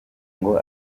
ngo